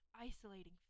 isolating